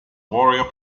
warrior